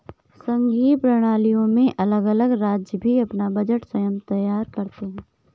संघीय प्रणालियों में अलग अलग राज्य भी अपना बजट स्वयं तैयार करते हैं